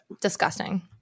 Disgusting